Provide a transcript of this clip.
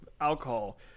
alcohol